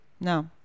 No